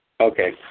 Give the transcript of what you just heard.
Okay